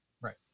right